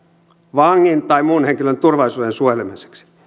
vangin tai muun henkilön turvallisuuden suojelemiseksi